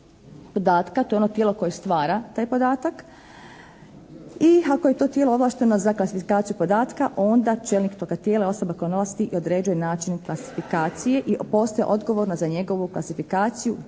to je ono tijelo koje stvara taj podatak i ako je to tijelo ovlašteno za klasifikaciju podatka onda čelnik toga tijela je osoba koja nosi i određuje način klasifikacije i postaje odgovorna za njegovu klasifikaciju